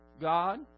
God